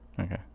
Okay